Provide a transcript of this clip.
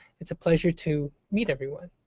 it's a pleasure to meet everyone.